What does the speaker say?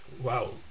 Wow